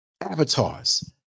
avatars